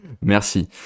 Merci